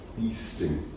feasting